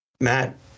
Matt